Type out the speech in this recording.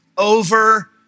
over